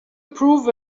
prove